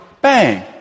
bang